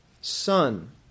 Son